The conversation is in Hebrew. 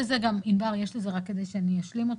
רק כדי שאני אשלים אותך,